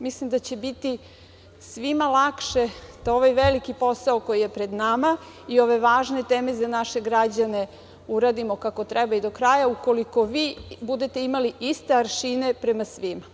Mislim da će biti svima lakše da ovaj veliki posao koji je pred nama i ove važne teme za naše građane uradimo kako treba i do kraja ukoliko vi budete imali iste aršine prema svima.